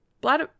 Blad